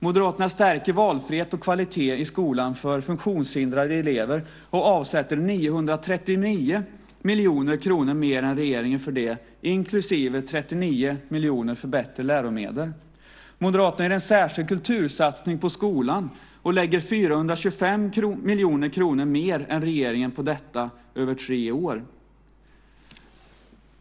Moderaterna stärker valfrihet och kvalitet i skolan för funktionshindrade elever och avsätter 939 miljoner kronor mer än regeringen för det, inklusive 39 miljoner för bättre läromedel. Moderaterna gör en särskild kultursatsning på skolan och lägger 425 miljoner kronor mer än regeringen på detta över tre år.